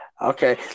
Okay